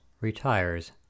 retires